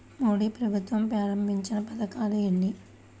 మోదీ ప్రభుత్వం ప్రారంభించిన పథకాలు ఎన్ని?